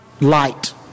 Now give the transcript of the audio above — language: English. light